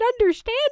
understand